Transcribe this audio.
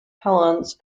helens